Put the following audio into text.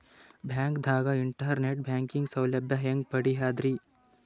ಬ್ಯಾಂಕ್ದಾಗ internet banking ಸೌಲಭ್ಯ ಹೆಂಗ್ ಪಡಿಯದ್ರಿ?